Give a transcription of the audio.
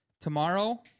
Tomorrow